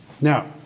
Now